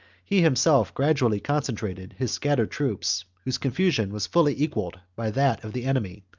he himself gradually con centrated his scattered troops, whose confusion was fully equalled by that of the enemy,